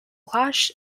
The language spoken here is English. clash